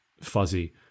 fuzzy